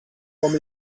com